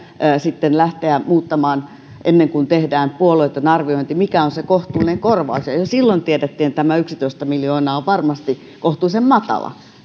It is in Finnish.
sitten lähteä muuttamaan ennen kuin tehdään puolueeton arviointi mikä on se kohtuullinen korvaus jo silloin tiedettiin että tämä yksitoista miljoonaa on varmasti kohtuullisen matala